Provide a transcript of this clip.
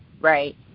right